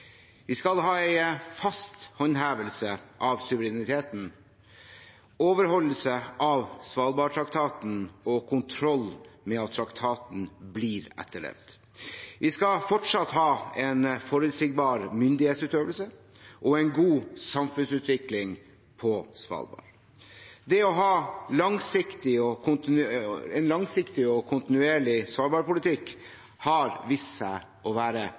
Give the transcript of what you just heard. Vi skal ha en fast håndhevelse av suvereniteten, overholdelse av Svalbardtraktaten og kontroll med at traktaten blir etterlevd. Vi skal fortsatt ha en forutsigbar myndighetsutøvelse og en god samfunnsutvikling på Svalbard. Det å ha en langsiktig og kontinuerlig svalbardpolitikk har vist seg å være